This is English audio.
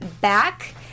back